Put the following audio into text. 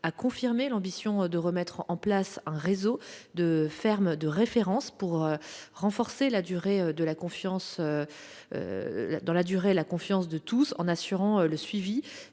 a confirmé l'ambition de remettre en place un réseau de fermes de référence pour renforcer dans la durée la confiance de tous en assurant le suivi